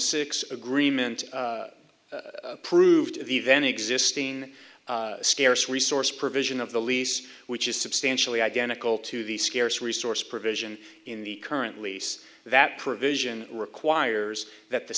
six agreement approved the event existing scarce resource provision of the lease which is substantially identical to the scarce resource provision in the current lease that provision requires that the